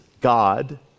God